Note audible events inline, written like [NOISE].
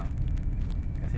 [LAUGHS]